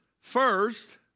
First